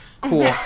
Cool